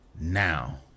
Now